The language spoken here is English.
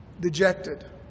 dejected